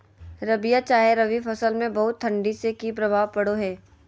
रबिया चाहे रवि फसल में बहुत ठंडी से की प्रभाव पड़ो है?